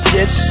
Yes